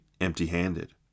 empty-handed